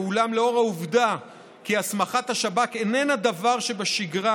ואולם לאור העובדה כי הסמכת השב"כ איננה דבר שבשגרה,